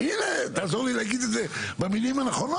הנה, אז תעזור לי להגיד את זה במילים הנכונות.